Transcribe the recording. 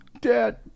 Dad